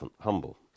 humble